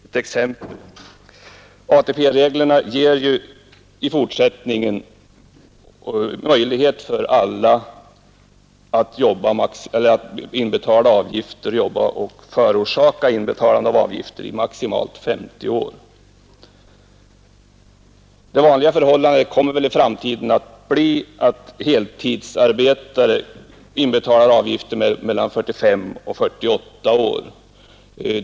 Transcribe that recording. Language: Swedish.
ATP-reglerna ger ju i fortsättningen möjlighet för alla att jobba och förorsaka inbetalning av avgifter i maximalt 50 år. Det vanliga förhållandet kommer väl i framtiden att bli att heltidsarbetare inbetalar avgifter under 45—48 år.